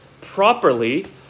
properly